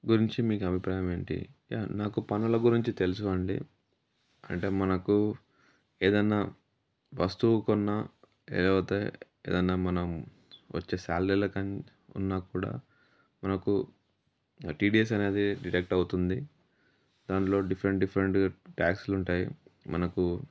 గురించి మీకు అభిప్రాయం ఏంటి నాకు పన్నుల గురించి తెలుసు అండి అంటే మనకు ఏదన్నా వస్తువు కొన్నా లేకపోతే ఏదన్నా మనం వచ్చే శాలరీలకన్ కొన్నా కూడా మనకు టీడీఎస్ అనేది డిడక్ట్ అవుతుంది దాంట్లో డిఫరెంట్గా డిఫరెంట్గా ట్యాక్స్లుంటాయి మనకు